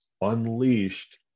unleashed